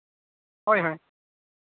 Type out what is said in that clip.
ᱦᱳᱭ ᱦᱳᱭ